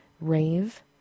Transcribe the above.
Rave